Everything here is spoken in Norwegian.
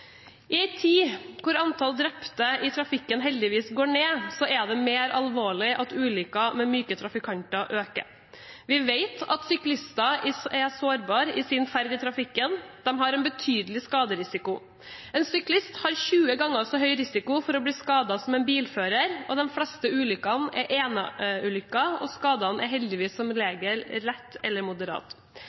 I en tid hvor antall drepte i trafikken heldigvis går ned, er det mer alvorlig at ulykker med myke trafikanter øker. Vi vet at syklister er sårbare på sin ferd i trafikken, de har en betydelig skaderisiko. En syklist har 20 ganger så høy risiko for å bli skadet som en bilfører, de fleste ulykkene er eneulykker, og skadene er heldigvis som regel lette eller